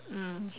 mm